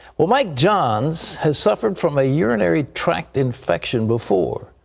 well, mike johns has suffered from a urinary tract infection before,